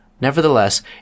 Nevertheless